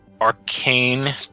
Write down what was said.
arcane